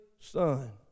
son